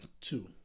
two